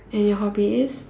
and your hobby is